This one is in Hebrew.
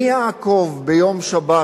מי יעקוב ביום שבת